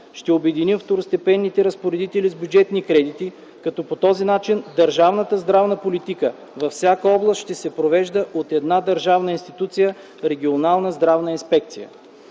ще обединим второстепенните разпоредители с бюджетни кредити, като по този начин държавната здравна политика във всяка област ще се провежда от една държавна институция – регионална здравна инспекция.